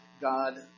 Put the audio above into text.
God